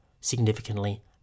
significantly